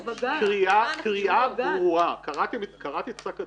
כי קריאה ברורה קראתי את פסק הדין.